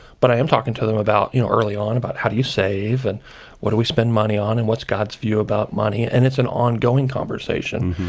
but i am talking to them you know early on about, how do you save, and what do we spend money on, and what's god's view about money? and it's an ongoing conversation.